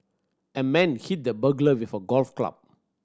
a man hit the burglar with a golf club